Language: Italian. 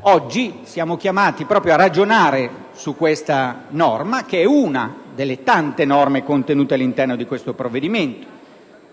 oggi siamo chiamati proprio a ragionare su questa norma, che è una delle tante contenute all'interno di questo provvedimento,